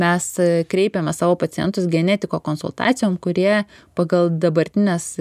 mes kreipiame savo pacientus genetiko konsultacijom kurie pagal dabartines